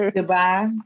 Goodbye